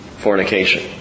fornication